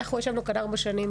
אנחנו ישבנו כאן ארבע שנים,